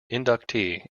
inductee